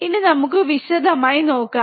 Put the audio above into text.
ഇനി നമുക്ക് വിശദമായി നോക്കാം